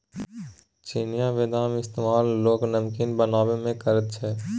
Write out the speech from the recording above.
चिनियाबदामक इस्तेमाल लोक नमकीन बनेबामे करैत छै